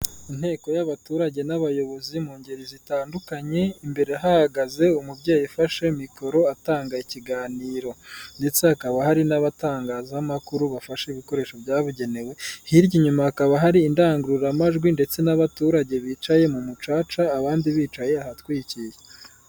Inteko y'abaturage n'abayobozi mu ngeri zitandukanye, imbere hahagaze umubyeyi ufashe mikoro, atanga ikiganiro ndetse hakaba hari n'abatangazamakuru, bafashe ibikoresho byabugenewe, hirya inyuma hakaba hari indangururamajwi ndetse n'abaturage bicaye mu mucaca, abandi bicaye ahatwikiye.